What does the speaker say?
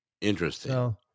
Interesting